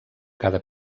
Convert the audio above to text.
cada